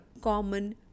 common